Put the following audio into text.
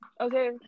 Okay